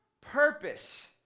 purpose